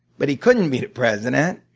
but he couldn't be the president.